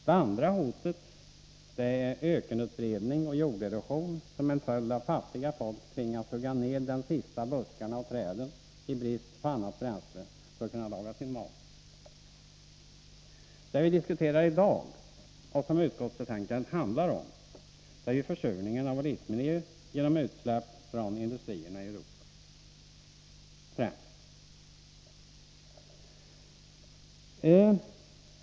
Det andra hotet är ökenutbredning och jorderosion som följd av att fattiga folk tvingas hugga ned de sista buskarna och träden, i brist på annat bränsle, för att kunna laga sin mat. Det vi diskuterar i dag, och som utskottsbetänkandet handlar om, är försurningen av vår livsmiljö på grund av främst utsläpp från industrierna i Europa.